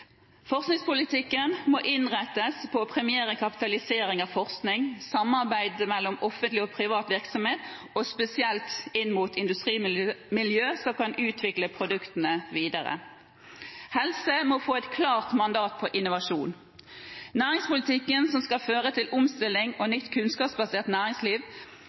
Forskningspolitikken må innrettes på å premiere kapitalisering av forskning, samarbeid mellom offentlig og privat virksomhet og spesielt inn mot industrimiljø som kan utvikle produktene videre. Helse må få et klart innovasjonsmandat. Næringspolitikken som skal føre til omstilling og nytt kunnskapsbasert næringsliv,